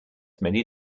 many